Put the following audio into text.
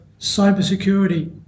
cybersecurity